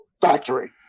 factory